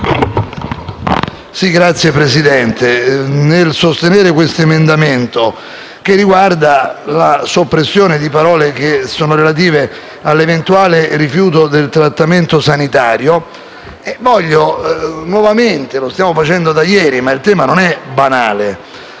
Signor Presidente, nel sostenere questo emendamento, che mira a sopprimere parole relative all'eventuale rifiuto del trattamento sanitario, voglio nuovamente (lo stiamo facendo da ieri, ma il tema non è banale)